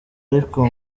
ariko